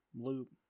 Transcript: loop